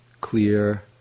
clear